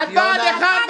אני יודעת על מה אני מדברת.